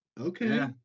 Okay